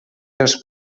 dels